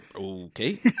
okay